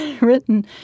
written